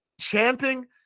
chanting